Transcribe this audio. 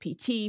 PT